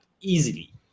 easily